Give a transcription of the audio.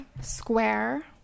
square